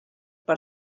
per